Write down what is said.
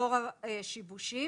לאור השיבושים